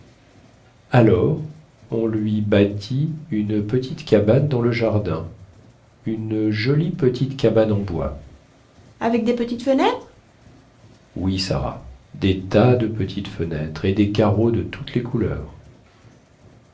alors on lui bâtit une petite cabane dans le jardin une jolie petite cabane en bois avec des petites fenêtres oui sara des tas de petites fenêtres et des carreaux de toutes couleurs